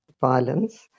Violence